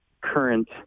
current